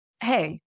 Hey